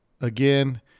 again